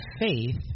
faith